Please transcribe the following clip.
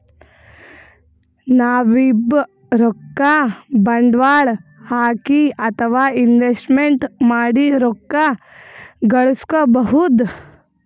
ನಾವ್ಬೀ ರೊಕ್ಕ ಬಂಡ್ವಾಳ್ ಹಾಕಿ ಅಥವಾ ಇನ್ವೆಸ್ಟ್ಮೆಂಟ್ ಮಾಡಿ ರೊಕ್ಕ ಘಳಸ್ಕೊಬಹುದ್